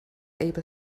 able